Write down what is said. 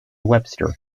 webster